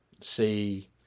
see